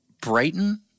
Brighton